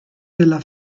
della